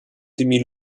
tymi